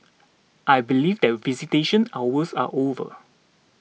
I believe that visitation hours are over